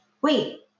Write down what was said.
Wait